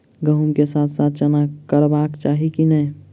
गहुम केँ साथ साथ चना करबाक चाहि की नै?